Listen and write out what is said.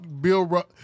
Bill